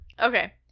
Okay